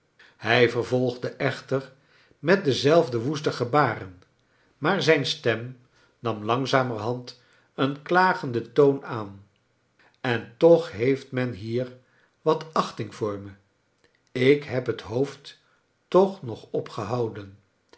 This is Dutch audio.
hij vervolgde echter met dezeifde woeste gebaren maar zijn stem nam langzamerhand een klagenden toon aan en toch heeft men hier wat achting voor me ik heb het hoofd toch nog opgehouden